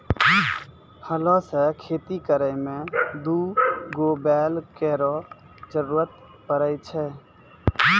हलो सें खेती करै में दू गो बैल केरो जरूरत पड़ै छै